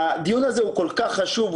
הדיון הזה הוא כל כך חשוב.